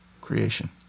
creation